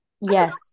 yes